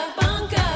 bunker